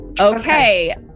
Okay